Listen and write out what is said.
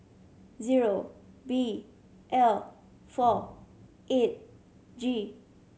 zero B L four eight G